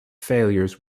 failures